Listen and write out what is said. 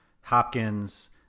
Hopkins